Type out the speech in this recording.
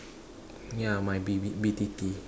ya might be b~ B_T_T